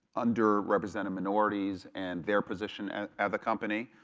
under represented minorities and their position and at the company,